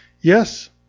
Yes